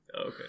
okay